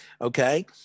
Okay